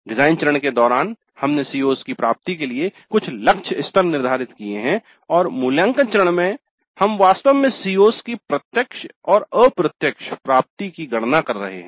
design चरण के दौरान हमने CO's की प्राप्ति के लिए कुछ लक्ष्य स्तर निर्धारित किए हैं और मूल्यांकन चरण में हम वास्तव में CO's की प्रत्यक्ष और अप्रत्यक्ष प्राप्ति की गणना कर रहे हैं